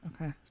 Okay